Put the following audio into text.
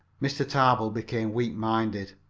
mr. tarbill became weak-minded,